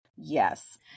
Yes